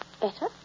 better